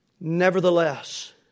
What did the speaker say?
Nevertheless